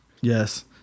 Yes